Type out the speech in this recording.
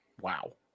Wow